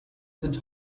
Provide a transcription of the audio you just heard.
sind